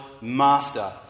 master